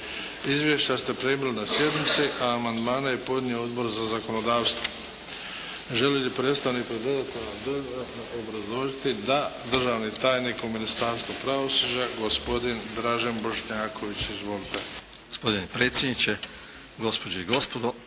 Izvješća ste primili na sjednici, a amandmane je podnio Odbor za zakonodavstvo. Želi li predstavnik predlagatelja dodatno obrazložiti? Da. Državni tajnik u Ministarstvu pravosuđa, gospodin Dražen Bošnjaković. Izvolite. **Bošnjaković, Dražen (HDZ)** Gospodine predsjedniče, gospođe i gospodo.